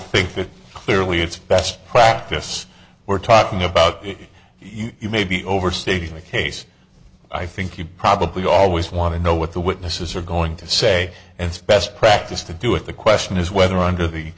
think that clearly it's best practice we're talking about the you may be overstating the case i think you probably always want to know what the witnesses are going to say it's best practice to do it the question is whether under the